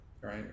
right